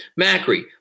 Macri